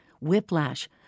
whiplash